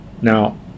Now